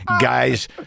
guys